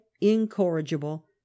incorrigible